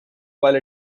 while